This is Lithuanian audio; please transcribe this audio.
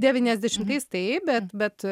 devyniasdešimtais taip bet bet